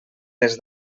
des